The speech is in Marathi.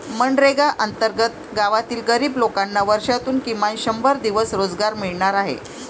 मनरेगा अंतर्गत गावातील गरीब लोकांना वर्षातून किमान शंभर दिवस रोजगार मिळणार आहे